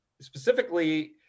specifically